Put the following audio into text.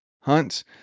hunts